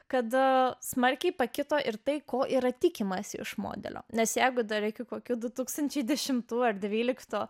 kada smarkiai pakito ir tai ko yra tikimasi iš modelio nes jeigu dar iki kokių du tūkstančiai dešimtų ar dvyliktų